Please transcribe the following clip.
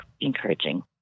encouraging